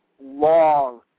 long